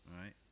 Right